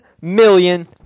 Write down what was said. million